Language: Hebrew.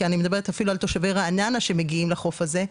כי אני מדברת אפילו על תושבי רעננה שמגיעים לחוף הזה,